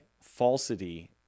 falsity